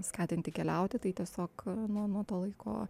skatinti keliauti tai tiesiog nu nuo to laiko